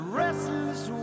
restless